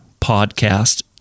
podcast